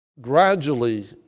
gradually